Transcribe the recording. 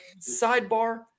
sidebar